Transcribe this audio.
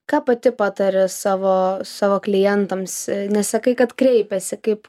ką pati patari savo savo klientams nes sakai kad kreipiasi kaip